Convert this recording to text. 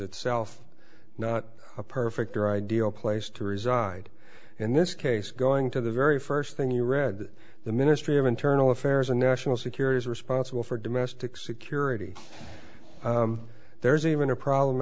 itself not a perfect or ideal place to reside in this case going to the very first thing you read that the ministry of internal affairs and national security is responsible for domestic security there's even a problem